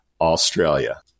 Australia